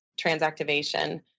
transactivation